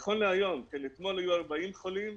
נכון להיום, אתמול היו 40 חולים,